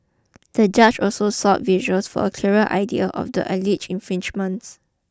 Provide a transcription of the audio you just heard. the judge also sought visuals for a clearer idea of the alleged infringements